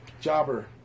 Jobber